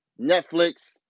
Netflix